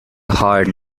hard